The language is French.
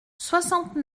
soixante